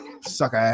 sucker